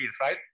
right